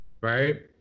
right